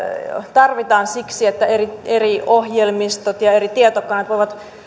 tarvitaan siksi että eri eri ohjelmistot ja eri tietokannat voivat